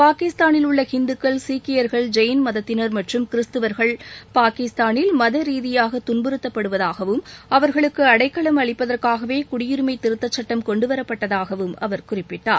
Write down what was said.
பாகிஸ்தானில் உள்ள ஹிந்துக்கள் சீக்கியர்கள் ஜெயின் மதத்தினர் மற்றும் கிறிஸ்துவர்கள் பாகிஸ்தாளில் மத ரீதிபாக துன்புறுத்தப்படுவதாகவும் அவர்களுக்கு அடைக்கலம் அளிப்பதற்காகவே குடியுரிமை திருத்தச் சட்டம் கொண்டுவரப் பட்டதாகவும் அவர் குறிப்பிட்டார்